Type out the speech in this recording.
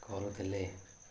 କରୁଥିଲେ